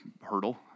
hurdle